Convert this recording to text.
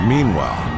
Meanwhile